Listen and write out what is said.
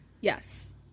Yes